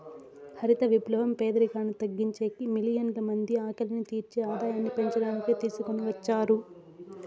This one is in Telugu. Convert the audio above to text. హరిత విప్లవం పేదరికాన్ని తగ్గించేకి, మిలియన్ల మంది ఆకలిని తీర్చి ఆదాయాన్ని పెంచడానికి తీసుకొని వచ్చారు